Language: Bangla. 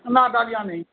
না ডালিয়া নেই